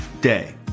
day